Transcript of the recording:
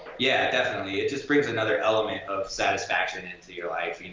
yeah, definitely. it just brings another element of satisfaction into your life.